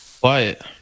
quiet